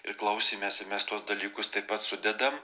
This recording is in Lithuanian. ir klausymesi mes tuos dalykus taip pat sudedam